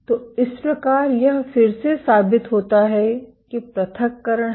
तो इस प्रकार यह फिर से साबित होता है कि प्रथक्करण है